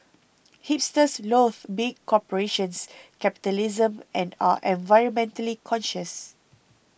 hipsters loath big corporations capitalism and are an very environmentally conscious